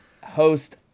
Host